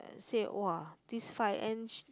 say !wah! this five ends